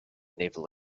naval